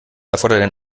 erfordert